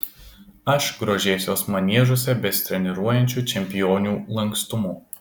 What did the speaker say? aš grožėsiuos maniežuose besitreniruojančių čempionių lankstumu